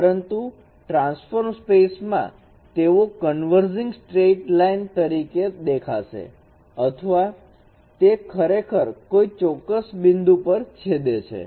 પરંતુ ટ્રાન્સફોર્મ સ્પેસમાં તેઓ કન્વર્જિગ સ્ટ્રેટ લાઈન તરીકે દેખાશે અથવા તે ખરેખર કોઈ ચોક્કસ બિંદુ પર છેદે છે